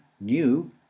new